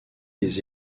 des